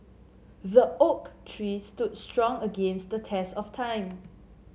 the oak tree stood strong against the test of time